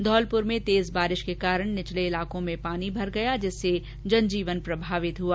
धौलपुर में तेज बारिश के कारण निचले इलाकों में पानी भर गया जिससे जनजीवन प्रभावित हुआ